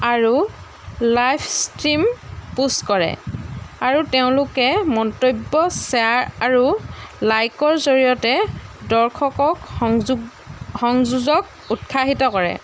আৰু live stream post কৰে আৰু তেওঁলোকে মন্তব্য শ্বেয়াৰ আৰু লাইকৰ জৰিয়তে দৰ্শকক সংযোগ সংযোজক উৎসাহিত কৰে